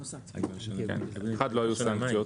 1. לא היו סנקציות.